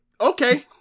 okay